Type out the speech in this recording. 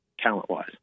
talent-wise